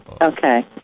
Okay